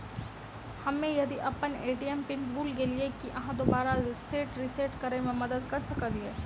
हम्मे यदि अप्पन ए.टी.एम पिन भूल गेलियै, की अहाँ दोबारा सेट रिसेट करैमे मदद करऽ सकलिये?